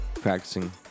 practicing